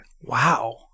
Wow